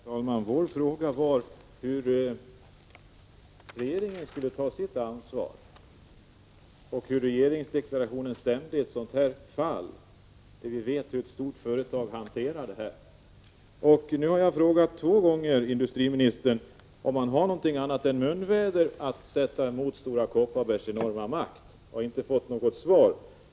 Herr talman! Vår fråga var hur regeringen skulle ta sitt ansvar och hur regeringsdeklarationen stämmer i det här fallet — vi vet ju hur stora företag brukar hantera sådant här. Jag har nu två gånger frågat industriministern om han har någonting annat än munväder att sätta emot Stora Kopparbergs enorma makt, men inte fått något svar.